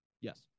Yes